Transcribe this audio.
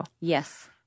Yes